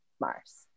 Mars